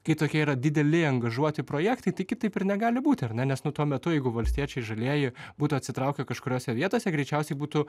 kai tokie yra dideli angažuoti projektai tai kitaip ir negali būti ar ne nes nu tuo metu jeigu valstiečiai žalieji būtų atsitraukę kažkuriose vietose greičiausiai būtų